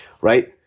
right